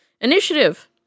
initiative